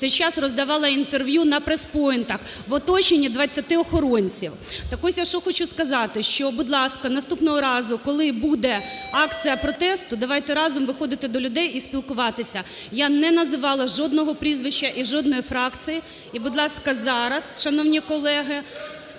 цей час роздавала інтерв'ю на прес-пойнтах в оточенні 20 охоронців. Так ось я що хочу сказати, що, будь ласка, наступного разу, коли буде акція протесту, давайте разом виходити до людей і спілкуватися. Я не називала жодного прізвища і жодної фракції. І, будь ласка, зараз, шановні колеги…